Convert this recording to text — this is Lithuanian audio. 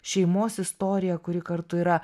šeimos istoriją kuri kartu yra